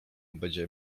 będzie